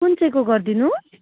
कुन चाहिँको गरिदिनु